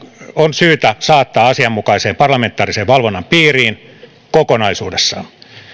on syytä saattaa asianmukaisen parlamentaarisen valvonnan piiriin kokonaisuudessaan